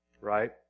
right